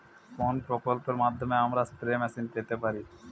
কোন প্রকল্পের মাধ্যমে আমরা স্প্রে মেশিন পেতে পারি?